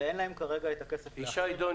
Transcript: כרגע הכסף.